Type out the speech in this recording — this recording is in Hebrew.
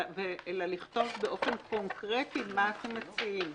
אלא לכתוב באופן קונקרטי מה אתם מציעים,